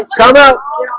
come out